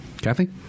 Kathy